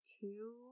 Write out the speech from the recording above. two